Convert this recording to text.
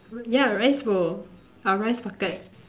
yeah rice bowl or rice packet